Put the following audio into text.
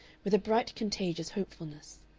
with a bright contagious hopefulness.